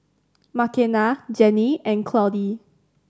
Makenna Jennie and Claudie